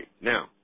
Now